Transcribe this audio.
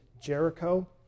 Jericho